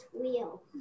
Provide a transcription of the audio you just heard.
wheel